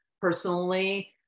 personally